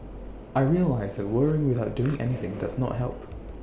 I realised that worrying without doing anything does not help